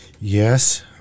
Yes